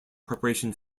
preparation